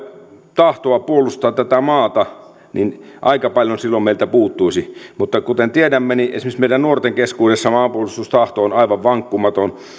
tahtoa puolustaa tätä maata niin aika paljon silloin meiltä puuttuisi mutta kuten tiedämme esimerkiksi meidän nuorten keskuudessa maanpuolustustahto on aivan vankkumaton